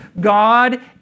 God